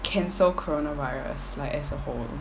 cancel coronavirus like as a whole